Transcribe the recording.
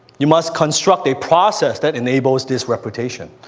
you must construct a process that enables this reputation.